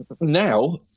now